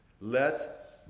Let